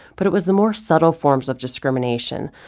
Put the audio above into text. but it was the more subtle forms of discrimination,